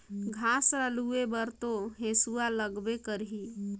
घास ल लूए बर तो हेसुआ लगबे करही